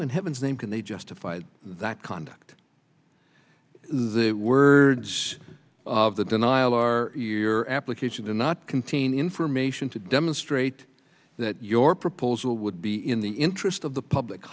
in heaven's name can they justify that conduct the words of the denial are near application to not contain information to demonstrate that your proposal would be in the interest of the public